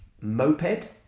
moped